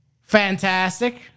fantastic